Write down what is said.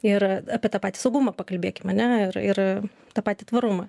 ir apie tą patį saugumą pakalbėkim ane ir ir ta patį tvarumą